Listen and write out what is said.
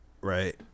Right